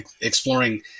exploring